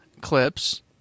clips